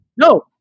No